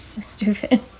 Stupid